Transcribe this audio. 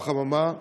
או החממה.